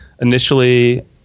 initially